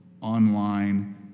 online